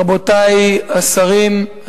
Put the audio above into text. רבותי השרים,